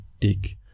dick